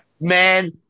man